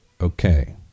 okay